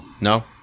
No